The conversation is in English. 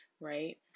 right